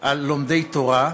על לומדי תורה,